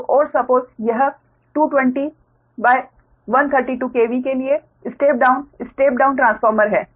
तो और सपोज़ यह 220132 KV के लिए step down step down transformer है